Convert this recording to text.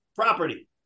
property